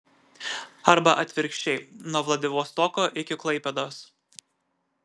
arba atvirkščiai nuo vladivostoko iki klaipėdos